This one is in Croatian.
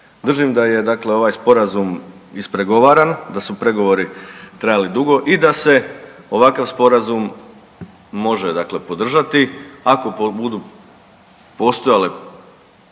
Držim da je, dakle ovaj Sporazum ispregovaran, da su pregovori trajali dugo i da se ovakav Sporazum može dakle podržati, ako budu postojale,